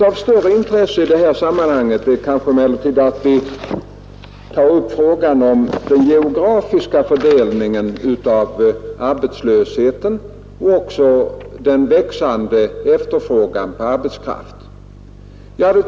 Av större intresse i sammanhanget är emellertid den geografiska fördelningen av arbetslösheten och den växande efterfrågan på arbetskraft.